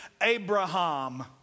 Abraham